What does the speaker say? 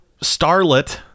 starlet